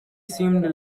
seemed